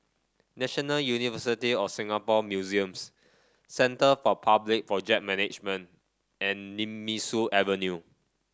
National University of Singapore Museums Centre for Public Project Management and Nemesu Avenue